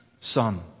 son